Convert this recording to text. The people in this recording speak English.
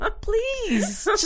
Please